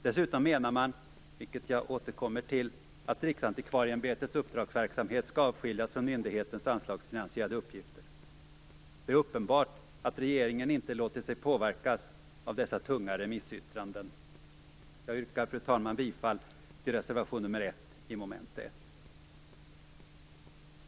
Dessutom menar man, vilket jag återkommer till, att Riksantikvarieämbetets uppdragsverksamhet skall avskiljas från myndighetens anslagsfinansierade uppgifter. Det är uppenbart att regeringen inte låtit sig påverkas av dessa tunga remissyttranden. Jag yrkar, fru talman, bifall till reservation nr 1 i mom. 1.